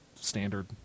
standard